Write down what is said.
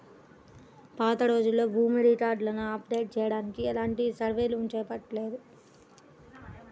పాతరోజుల్లో భూమి రికార్డులను అప్డేట్ చెయ్యడానికి ఎలాంటి సర్వేలు చేపట్టలేదు